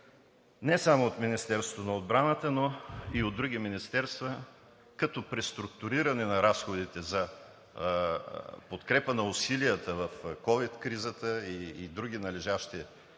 не само от Министерството на отбраната, но и от други министерства като преструктуриране на разходите за подкрепа на усилията в ковид кризата и други належащи разходи